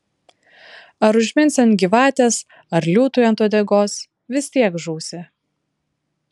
ar užminsi ant gyvatės ar liūtui ant uodegos vis tiek žūsi